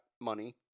money